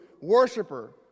worshiper